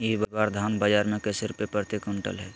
इस बार धान बाजार मे कैसे रुपए प्रति क्विंटल है?